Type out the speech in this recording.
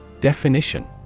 Definition